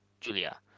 Julia